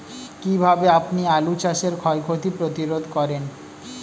কীভাবে আপনি আলু চাষের ক্ষয় ক্ষতি প্রতিরোধ করেন?